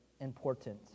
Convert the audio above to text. important